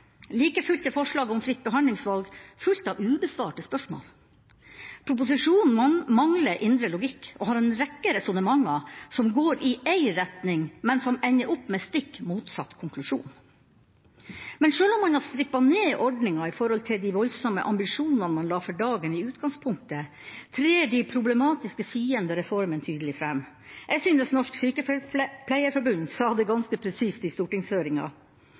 Like fullt er forslaget om fritt behandlingsvalg fullt av ubesvarte spørsmål. Proposisjonen mangler indre logikk og har en rekke resonnementer som går i én retning, men som ender med stikk motsatt konklusjon. Men sjøl om man har strippet ned ordninga i forhold til de voldsomme ambisjonene man la for dagen i utgangspunktet, trer de problematiske sidene ved reformen tydelig fram. Jeg synes Norsk Sykepleierforbund sa det ganske presist i stortingshøringa: